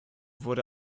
wurde